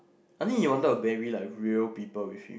I think you wanted the baby like real people with it